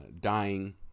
dying